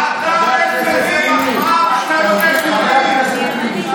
חבר הכנסת אורבך, (קוראת בשם חבר הכנסת)